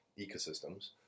ecosystems